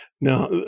Now